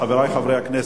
חברי חברי הכנסת,